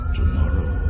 tomorrow